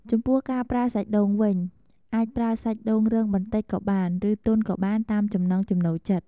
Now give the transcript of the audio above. ចំពោះការប្រើសាច់ដូងវិញ អាចប្រើសាច់ដូងរឹងបន្តិចក៏បាន ឬទន់ក៏បានតាមចំណង់ចំណូលចិត្ត។